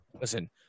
Listen